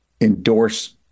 endorse